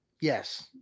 Yes